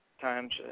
times